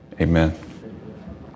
Amen